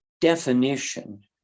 definition